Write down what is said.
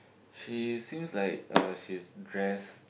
she seems like uh she's dress